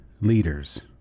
leaders